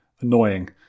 annoying